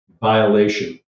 violation